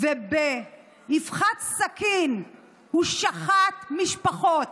ובאבחת סכין הוא שחט משפחות.